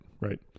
right